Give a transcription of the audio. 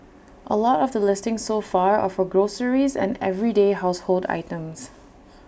A lot of the listings so far are for groceries and everyday household items